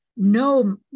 No